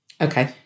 Okay